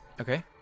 Okay